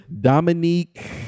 Dominique